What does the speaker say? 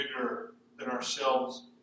bigger-than-ourselves